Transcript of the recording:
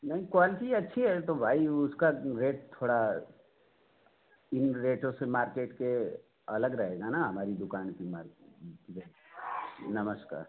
नहीं क्वालटी अच्छी है तो भाई उसका रेट थोड़ा इन रेटों से मार्केट के अलग रहेगा ना हमारी दुकान की मार्केट नमस्कार